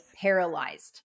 paralyzed